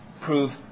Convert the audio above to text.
prove